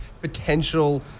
potential